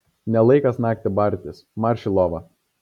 ne laikas naktį bartis marš į lovas